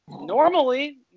normally